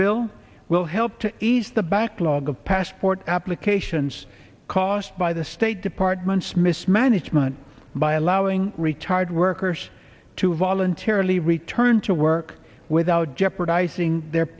bill will help to ease the backlog of passport applications caused by the state department's mismanagement by allowing retired workers to voluntarily return to work without jeopardizing their